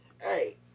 Hey